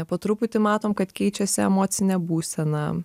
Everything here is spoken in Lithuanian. po truputį matom kad keičiasi emocinė būsena